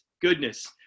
goodness